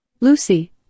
Lucy